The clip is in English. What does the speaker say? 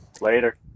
Later